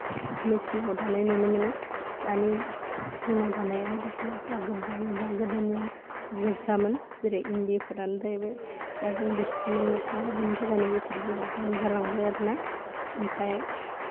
मेचिनाव दानाय नुनो मोनो दानि दिनाव दानाया दख'नाफ्रा गोब्बा गोब्बा गोदोनिया रोजामोन जेरै इन्दिफ्रानो जाहैबाय दा जों बेफोरखौ मोन्नो थांला बिनि थाखायनो बेफोरबो दाम जालांबाय आरोना आमफाय